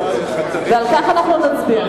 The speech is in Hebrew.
ועל כך אנחנו נצביע.